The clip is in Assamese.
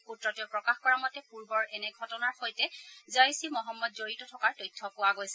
সূত্ৰটোৱে প্ৰকাশ কৰা মতে পূৰ্বৰ এনে ঘটনাৰ সৈতে জইছ ই মহম্মদ জড়িত থকাৰ তথ্য পোৱা গৈছে